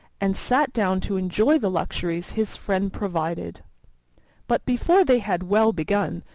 and sat down to enjoy the luxuries his friend provided but before they had well begun,